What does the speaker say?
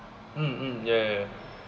um um ya ya